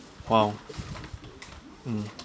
!wow! mm